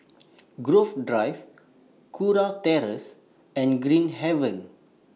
Grove Drive Kurau Terrace and Green Haven